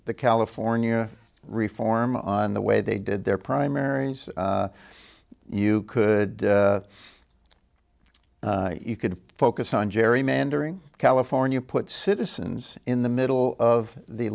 the california reform on the way they did their primaries you could you could focus on gerrymandering california put citizens in the middle of the